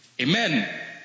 Amen